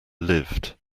lived